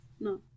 No